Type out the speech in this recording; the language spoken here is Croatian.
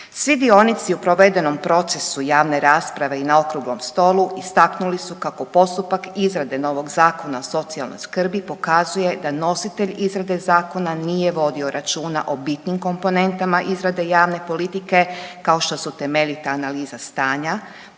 Svi dionici u provedenom procesu javne rasprave i na Okruglom stolu istaknuli su kako postupak izrade novog Zakona o socijalnoj skrbi pokazuje da nositelj izrade zakona nije vodio računa o bitnim komponentama izrade javne politike kao što su temeljita analiza stanja,